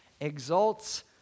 exalts